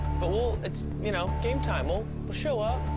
but we'll it's you know, game time. we'll show up.